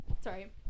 sorry